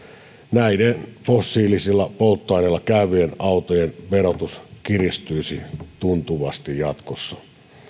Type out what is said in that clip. näiden fossiilisilla polttoaineilla käyvien autojen verotus kiristyisi tuntuvasti jatkossa